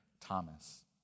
Thomas